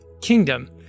kingdom